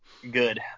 Good